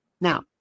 Now